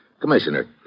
Commissioner